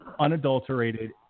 Unadulterated